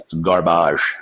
garbage